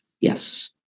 Yes